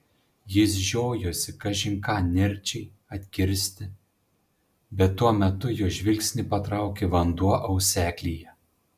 jis žiojosi kažin ką nirčiai atkirsti bet tuo metu jo žvilgsnį patraukė vanduo auseklyje